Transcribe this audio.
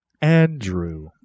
Andrew